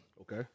Okay